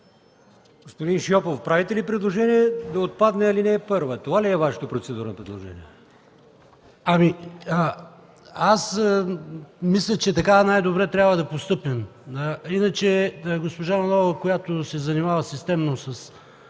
Господин Шопов, правите ли предложение да отпадне ал. 1? Това ли е Вашето процедурно предложение? ПАВЕЛ ШОПОВ: Мисля, че така трябва да постъпим. Иначе госпожа Манолова, която се занимава системно с